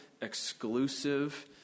exclusive